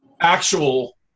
actual